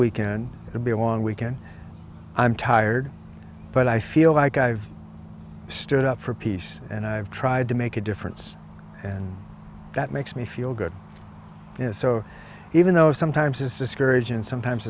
weekend to be a long weekend i'm tired but i feel like i've stood up for peace and i've tried to make a difference and that makes me feel good so even though sometimes it's discouraging sometimes